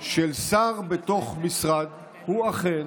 של שר בתוך משרד הוא אכן